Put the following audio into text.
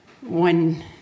one